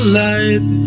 light